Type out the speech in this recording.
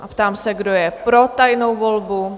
Ptám se, kdo je pro tajnou volbu?